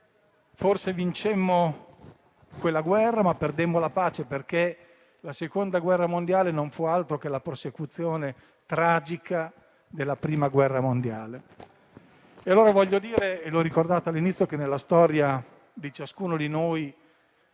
Forse vincemmo quella guerra, ma perdendo la pace, perché la Seconda guerra mondiale non fu altro che la prosecuzione, tragica, della Prima guerra mondiale Ho ricordato all'inizio che nella storia di ciascuno di noi,